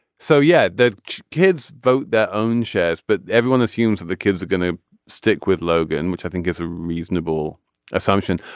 so yeah the kids vote their own shares but everyone assumes the kids are going to stick with logan which i think is a reasonable assumption.